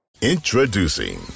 Introducing